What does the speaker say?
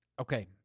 Okay